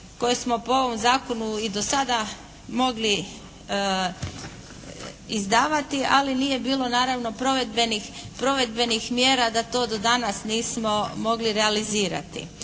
koje smo po ovom zakonu i do sada mogli izdavati ali nije bilo naravno provedbenih mjera da to do danas nismo mogli realizirati.